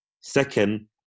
Second